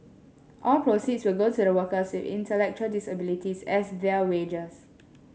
all proceeds go to the workers intellectual disabilities as their wages